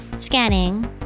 Scanning